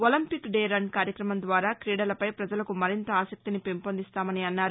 Olympic day run కార్యక్రమం ద్వారా క్రీడలపై ప్రపజలకు మరింత అసక్తిని పెంపొందిస్తామని అన్నారు